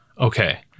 Okay